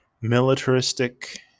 militaristic